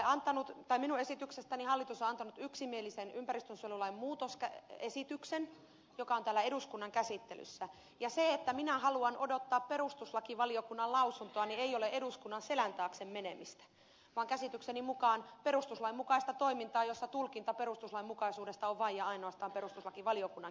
minun esityksestäni hallitus on antanut yksimielisen ympäristönsuojelulain muutosesityksen joka on täällä eduskunnan käsittelyssä ja se että minä haluan odottaa perustuslakivaliokunnan lausuntoa ei ole eduskunnan selän taakse menemistä vaan käsitykseni mukaan perustuslain mukaista toimintaa jossa tulkinta perustuslainmukaisuudesta on vain ja ainoastaan perustuslakivaliokunnan käsittelyssä